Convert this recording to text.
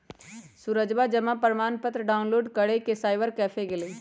सूरजवा जमा प्रमाण पत्र डाउनलोड करे साइबर कैफे गैलय